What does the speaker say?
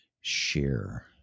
share